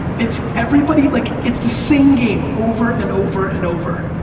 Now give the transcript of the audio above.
it's everybody, like it's the same game over and over and over.